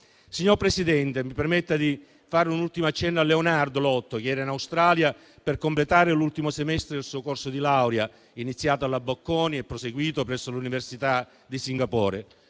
Signor Presidente, mi permetta di fare un ultimo accenno a Leonardo Lotto, che era in Australia per completare l'ultimo semestre del suo corso di laurea, iniziato alla Bocconi e proseguito presso l'Università di Singapore.